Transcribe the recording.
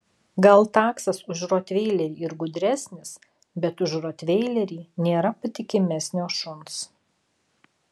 gal taksas už rotveilerį ir gudresnis bet už rotveilerį nėra patikimesnio šuns